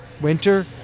winter